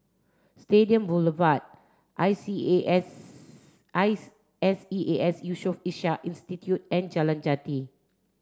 Stadium Boulevard I C A S eyes S E A S Yusof Ishak Institute and Jalan Jati